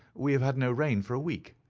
we have had no rain for a week,